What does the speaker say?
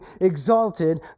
exalted